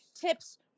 tips